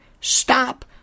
stop